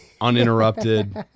Uninterrupted